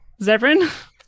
Zevran